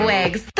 Wigs